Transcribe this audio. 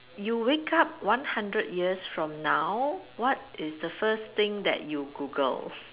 you wake up one hundred years from now what is the first thing that you Google